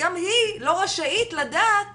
גם היא לא רשאית לדעת